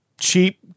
cheap